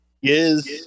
Yes